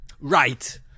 Right